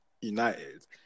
United